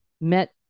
met